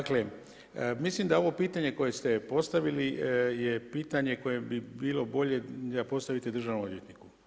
Dakle, mislim da ovo pitanje koje ste postavili je pitanje koje bi bilo bolje da postavite državnom odvjetniku.